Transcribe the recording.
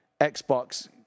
Xbox